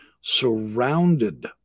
surrounded